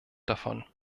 davon